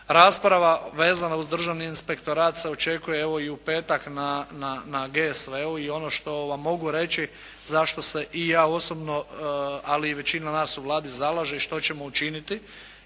Rasprava vezana uz državni inspektorat se očekuje evo i u petak na GSV-u, i ono što vam mogu reći zašto se i ja osobno ali i većina nas u Vladi zalaže što ćemo učiniti,